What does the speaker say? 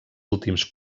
últims